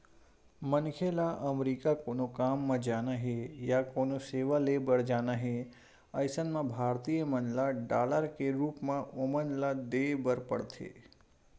मनखे ल अमरीका कोनो काम म जाना हे या कोनो सेवा ले बर जाना हे अइसन म भारतीय मन ल डॉलर के रुप म ओमन ल देय बर परथे